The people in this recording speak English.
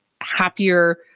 happier